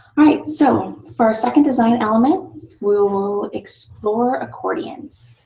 right. so for a second design element, we will explore accordions.